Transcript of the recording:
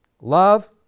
Love